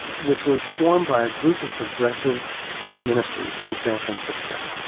which was formed by a group of progressive ministers in san francisco.